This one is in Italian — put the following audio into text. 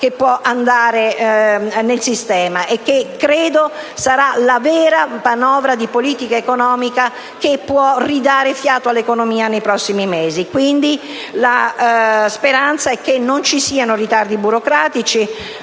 che può andare nel sistema, e che credo sarà la vera manovra di politica economica che può ridare fiato all'economia nei prossimi mesi. Quindi, la speranza è che non ci siano ritardi burocratici.